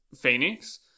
Phoenix